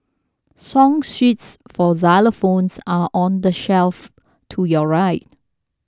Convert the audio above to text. song sheets for xylophones are on the shelf to your right